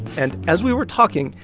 and as we were talking,